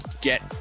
get